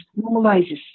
normalizes